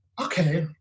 okay